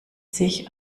sich